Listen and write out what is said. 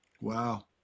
Wow